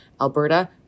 Alberta